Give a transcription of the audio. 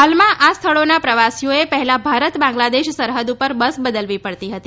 હાલમાં આ સ્થળોના પ્રવાસીઓએ પહેલા ભારત બાંગ્લાદેશ સરહદ ઉપર બસ બદલવી પડતી હતી